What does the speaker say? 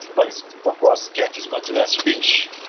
but it of course catches much less fish.